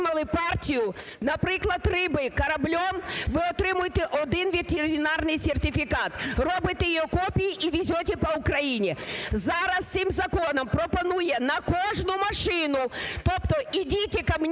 партію, наприклад, риби кораблем, ви отримуєте один ветеринарний сертифікат, робите його копії і везете по Україні. Зараз цим законом пропонує на кожну машину, тобто идите ко мне